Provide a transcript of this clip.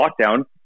lockdown